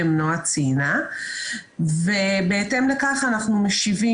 נועה ציינה ובהתאם לכך אנחנו משיבים.